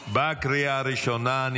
2024, לקריאה הראשונה.